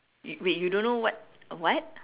wait you don't know what what